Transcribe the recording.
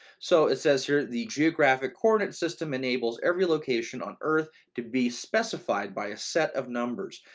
so it says here, the geographic coordinate system enables every location on earth to be specified by a set of numbers,